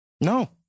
No